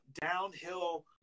Downhill